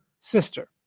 sister